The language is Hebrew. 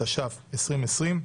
התש"ף-2020,